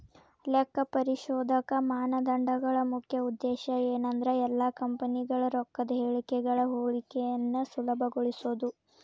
ಲೆಕ್ಕಪರಿಶೋಧಕ ಮಾನದಂಡಗಳ ಮುಖ್ಯ ಉದ್ದೇಶ ಏನಂದ್ರ ಎಲ್ಲಾ ಕಂಪನಿಗಳ ರೊಕ್ಕದ್ ಹೇಳಿಕೆಗಳ ಹೋಲಿಕೆಯನ್ನ ಸುಲಭಗೊಳಿಸೊದು